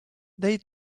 they